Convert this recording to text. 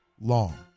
long